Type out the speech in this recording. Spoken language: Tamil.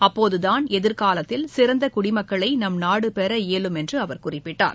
அப்போதுதாள் எதிர்காலத்தில் சிறந்த குடிமக்களை நம் நாடு பெற இயலும் என்று அவர் குறிப்பிட்டார்